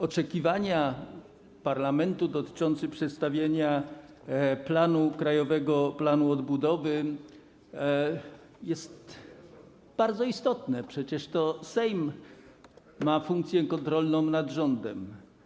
Oczekiwania parlamentu dotyczące przedstawiania Krajowego Planu Odbudowy są bardzo istotne, przecież to Sejm pełni funkcję kontrolną nad rządem.